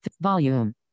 volume